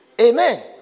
Amen